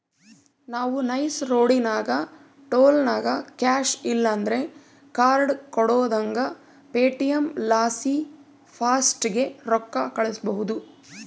ನಾವು ನೈಸ್ ರೋಡಿನಾಗ ಟೋಲ್ನಾಗ ಕ್ಯಾಶ್ ಇಲ್ಲಂದ್ರ ಕಾರ್ಡ್ ಕೊಡುದಂಗ ಪೇಟಿಎಂ ಲಾಸಿ ಫಾಸ್ಟಾಗ್ಗೆ ರೊಕ್ಕ ಕಳ್ಸ್ಬಹುದು